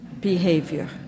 behavior